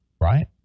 right